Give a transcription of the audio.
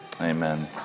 Amen